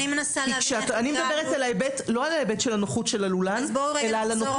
אני מדברת לא על ההיבט של הנוחות של הלולן אלא על הנוחות של התרנגולת.